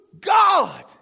God